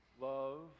Love